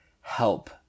help